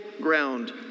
ground